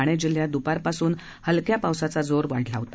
ठाणे जिल्ह्यात दुपारपासून हलक्या पावसाचा जोर आता वाढला आहे